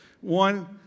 one